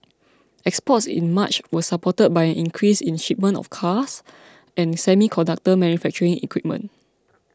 exports in March was supported by an increase in shipments of cars and semiconductor manufacturing equipment